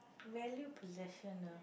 value possession ah